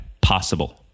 possible